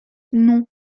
non